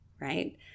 right